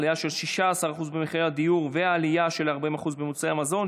עלייה של 16% במחירי הדיור ועלייה של 40% במוצרי המזון,